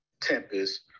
Tempest